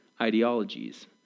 ideologies